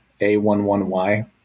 A11y